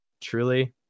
truly